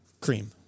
Cream